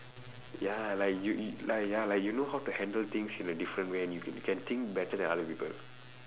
ya like you you like ya like you know how to handle things in a different way and you can think better than other people